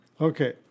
Okay